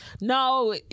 no